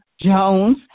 Jones